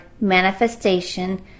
manifestation